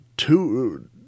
Two